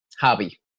hobby